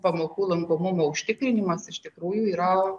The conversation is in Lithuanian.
pamokų lankomumo užtikrinimas iš tikrųjų yra